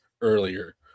earlier